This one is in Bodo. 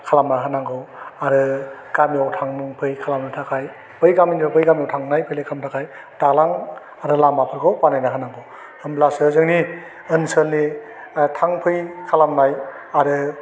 खालामना होनांगौ आरो गामियाव थांफै खालामनो थाखाय बै गामिनिफ्राय बै गामियाव थांलाय फैलाय खालामनो थाखाय दालां आरो लामाफोरखौ बानायना होनांगौ होमब्लासो जोंनि ओनसोलनि थांफै खालामनाय आरो